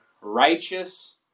righteous